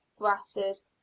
grasses